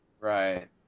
Right